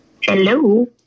Hello